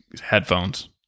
headphones